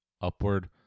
upward